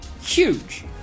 huge